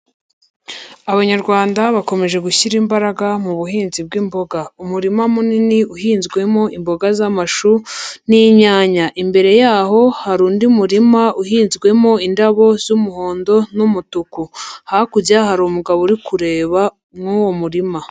Abanyarwanda bakomeje gushyira imbaraga mu buhinzi bw'imboga, umurima munini uhinzwemo imboga z'amashu n'inyanya, imbere yaho hari undi murima uhinzwemo indabo z'umuhondo n'umutuku, hakurya hari umugabo uri kureba mu wo murima.